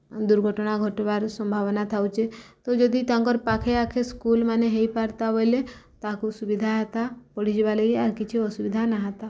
ଦୁର୍ଘଟଣା ଘଟ୍ବାର୍ ସମ୍ଭାବନା ଥାଉଚେ ତ ଯଦି ତାଙ୍କର୍ ପାଖେ ଆଖେ ସ୍କୁଲ୍ମାନେ ହେଇପାର୍ତା ବଏଲେ ତାକୁ ସୁବିଧା ହେତା ପଢ଼ିଯିବାର୍ ଲାଗି ଆର୍ କିଛି ଅସୁବିଧା ନାଇ ହେତା